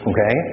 Okay